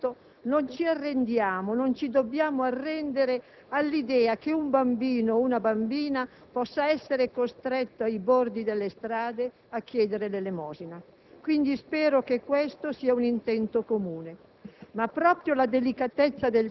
Noi, tutto il Parlamento, non ci arrendiamo, non ci dobbiamo arrendere all'idea che un bambino o una bambina possano essere costretti ai bordi delle strade a chiedere l'elemosina; quindi, spero che questo sia un intento comune.